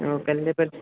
ओ पर